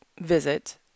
visit